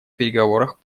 переговорах